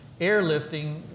airlifting